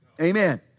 Amen